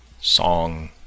Song